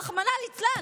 רחמנא ליצלן.